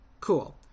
cool